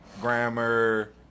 grammar